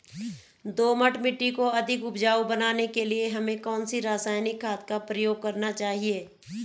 दोमट मिट्टी को अधिक उपजाऊ बनाने के लिए हमें कौन सी रासायनिक खाद का प्रयोग करना चाहिए?